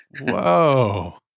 Whoa